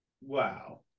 Wow